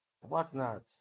whatnot